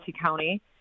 county